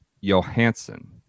Johansson